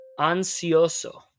ansioso